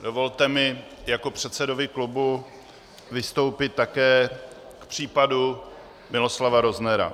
Dovolte mi jako předsedovi klubu vystoupit také k případu Miloslava Roznera.